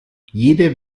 jede